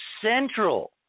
central